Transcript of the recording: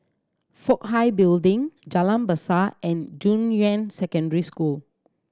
Fook Hai Building Jalan Besar and Junyuan Secondary School